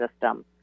system